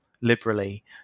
liberally